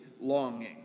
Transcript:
longing